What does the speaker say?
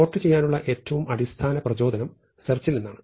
sort ചെയ്യാനുള്ള ഏറ്റവും അടിസ്ഥാന പ്രചോദനം സെർച്ചിൽ നിന്നാണ്